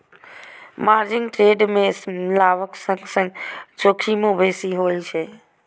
margin trade मे लाभक संग संग जोखिमो बेसी होइ छै